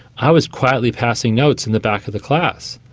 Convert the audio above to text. i was quietly passing notes in the back of the class,